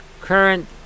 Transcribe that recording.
current